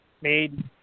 made